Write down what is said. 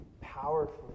powerfully